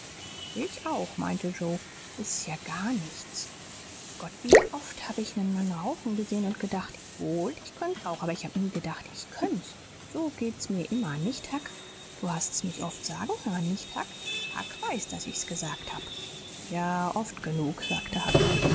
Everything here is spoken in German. ich auch meinte joe s ist ja gar nichts gott wie oft hab ich nen mann rauchen gesehen und gedacht wollt ich könnt's auch aber ich hab nie gedacht ich könnt's so geht's mir immer nicht huck du hast's mich oft sagen hören nicht huck huck weiß daß ich's gesagt hab ja oft genug sagte huck